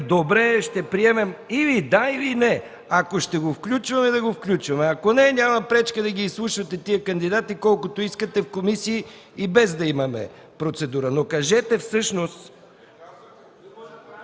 добре, ще приемем, или да, или не. Ако ще го включваме – да го включваме, ако не, няма пречка да ги изслушате тези кандидати колкото искате в комисии и без да имаме процедура. ДОКЛАДЧИК ЙОРДАН